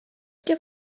give